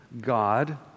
God